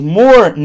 more